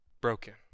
broken